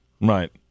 right